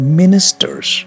ministers